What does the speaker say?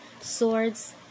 swords